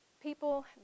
people